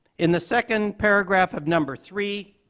in the second paragraph of number three,